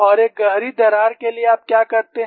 और एक गहरी दरार के लिए आप क्या करते हैं